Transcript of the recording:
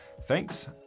Thanks